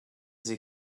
sie